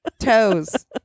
toes